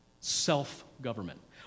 self-government